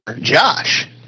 Josh